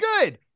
good